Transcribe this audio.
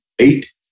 eight